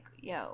yo